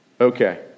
okay